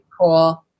Cool